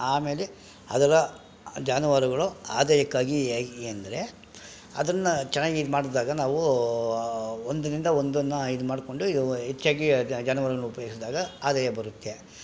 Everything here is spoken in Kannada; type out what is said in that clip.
ಆಮೇಲೆ ಅದರ ಜಾನುವಾರುಗಳು ಆದಾಯಕ್ಕಾಗಿ ಏಗಿ ಅಂದರೆ ಅದನ್ನು ಚೆನ್ನಾಗಿ ಇದು ಮಾಡಿದಾಗ ನಾವು ಒಂದರಿಂದ ಒಂದನ್ನು ಇದು ಮಾಡಿಕೊಂಡು ಹೆಚ್ಚಾಗಿ ಜಾನುವಾರನ್ನು ಉಪಯೋಗಿಸಿದಾಗ ಆದಾಯ ಬರುತ್ತೆ